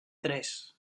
tres